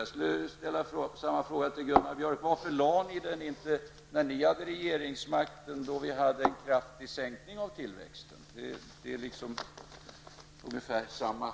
Jag skulle kunna ställa samma fråga till Gunnar Björk: Varför lade ni inte fram den när ni hade regeringsmakten och då det var en kraftig sänkning av tillväxten? Det är en fråga som är lika klok.